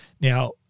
Now